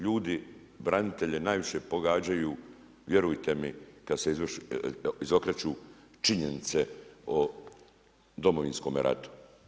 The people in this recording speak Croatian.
Ljudi branitelje najviše pogađaju, vjerujte mi kad se izokreću činjenice o Domovinskome ratu.